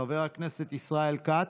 חבר הכנסת ישראל כץ,